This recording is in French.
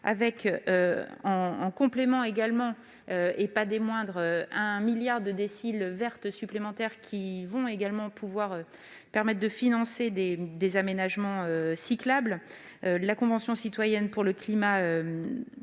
En complément, et non des moindres, 1 milliard de déciles verts supplémentaires vont également permettre de financer des aménagements cyclables. La Convention citoyenne pour le climat,